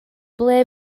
ble